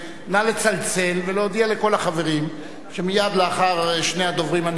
נא לצלצל ולהודיע לכל החברים שמייד לאחר שני הדוברים הנכבדים,